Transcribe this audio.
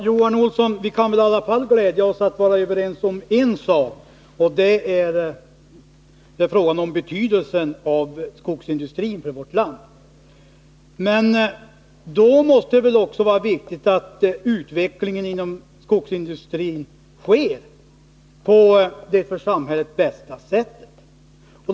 Herr talman! Vi kan väl i alla fall, Johan Olsson, glädja oss åt att vi kan vara överens om en sak, nämligen om skogsindustrins betydelse för vårt land. Men då är det också viktigt att skogsindustrin utvecklas på det för samhället bästa sättet.